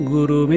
Guru